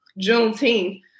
juneteenth